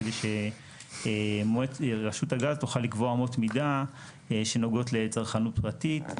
כדי שרשות הגז תוכל לקבוע אמות מידה שנוגעות לצרכנות פרטית.